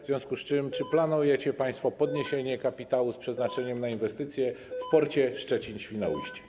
W związku z tym czy planujecie państwo podniesienie kapitału z przeznaczeniem na inwestycje w porcie Szczecin - Świnoujście?